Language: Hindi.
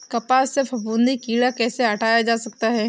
कपास से फफूंदी कीड़ा कैसे हटाया जा सकता है?